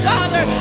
Father